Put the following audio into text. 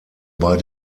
bei